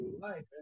Life